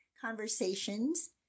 conversations